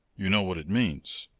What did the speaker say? you know what it means.